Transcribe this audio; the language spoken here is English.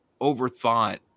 overthought